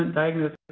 and diagnosis,